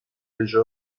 déjà